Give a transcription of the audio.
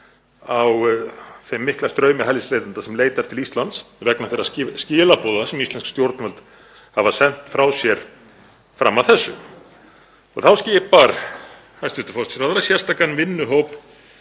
á þeim mikla straumi hælisleitenda sem leitar til Íslands vegna þeirra skilaboða sem íslensk stjórnvöld hafa sent frá sér fram að þessu. Þá skipar hæstv. forsætisráðherra sérstakan vinnuhóp